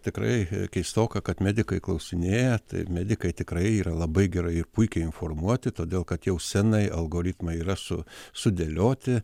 tikrai keistoka kad medikai klausinėja tai medikai tikrai yra labai gerai ir puikiai informuoti todėl kad jau seniai algoritmai yra su sudėlioti